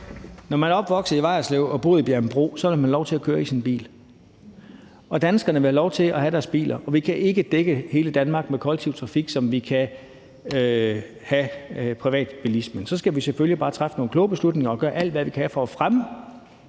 Når man er opvokset i Vejerslev og har boet i Bjerringbro, vil man have lov til at køre i sin bil, og danskerne vil have lov til at have deres biler, og vi kan ikke dække hele Danmark med kollektiv trafik, så vi skal have privatbilismen. Så skal vi selvfølgelig bare træffe nogle kloge beslutninger og gøre alt, hvad vi kan, for at fremme